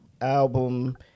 album